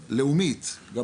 לאומית, גם